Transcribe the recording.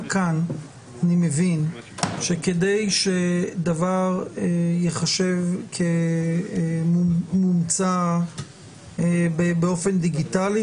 אני מבין שגם כאן כדי שדבר ייחשב כממצא באופן דיגיטלי,